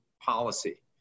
policy